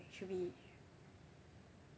should be